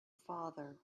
father